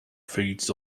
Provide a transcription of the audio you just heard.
feeds